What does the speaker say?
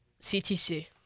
CTC